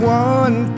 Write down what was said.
one